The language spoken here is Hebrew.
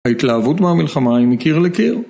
ההתלהבות מהמלחמה היא מקיר לקיר.